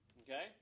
Okay